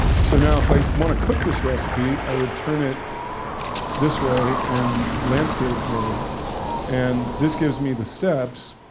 so now if i wanna cook this recipe, i would turn it this way, in landscape mode and this gives me the steps,